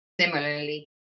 similarly